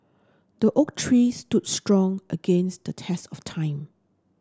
the oak tree stood strong against the test of time